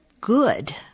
good